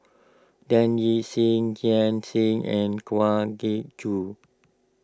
Dan Ying Seah Liang Seah and Kwa Geok Choo